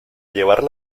llevar